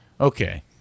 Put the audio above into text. Okay